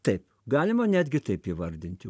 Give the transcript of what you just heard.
taip galima netgi taip įvardinti